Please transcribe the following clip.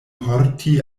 porti